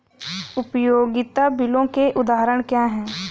उपयोगिता बिलों के उदाहरण क्या हैं?